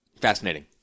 Fascinating